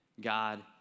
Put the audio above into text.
God